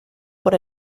por